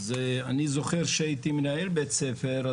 אני זוכר שהייתי מנהל בית ספר,